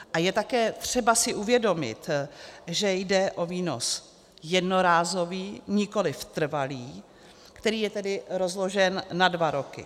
A je také třeba si uvědomit, že jde o výnos jednorázový, nikoliv trvalý, který je tedy rozložen na dva roky.